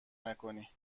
نکنی